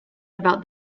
about